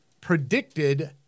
predicted